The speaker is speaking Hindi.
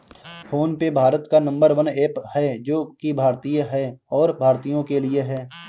फोन पे भारत का नंबर वन ऐप है जो की भारतीय है और भारतीयों के लिए है